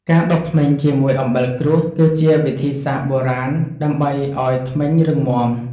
ការដុសធ្មេញជាមួយអំបិលគ្រួស គឺជាវិធីសាស្ត្របុរាណដើម្បីឱ្យធ្មេញរឹងមាំ។